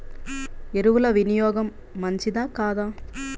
ఎరువుల వినియోగం మంచిదా కాదా?